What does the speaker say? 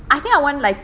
I think I want like